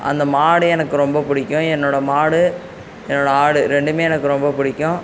அந்த மாடு எனக்கு ரொம்ப பிடிக்கும் என்னோட மாடு என்னோட ஆடு ரெண்டும் எனக்கு ரொம்ப பிடிக்கும்